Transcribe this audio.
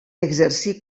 exercí